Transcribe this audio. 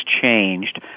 changed